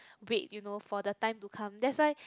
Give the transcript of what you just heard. wait you know for the time to come that's why